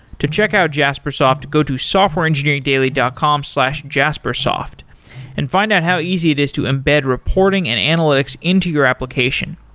to check out jaspersoft, go to softwareengineering daily dot com slash jaspersoft and find out how easy it is to embed reporting and analytics into your application.